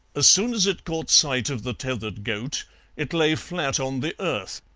as soon as it caught sight of the tethered goat it lay flat on the earth,